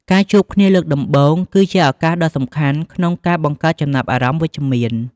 ការជួបគ្នាលើកដំបូង គឺជាឱកាសដ៏សំខាន់ក្នុងការបង្កើតចំណាប់អារម្មណ៍វិជ្ជមាន។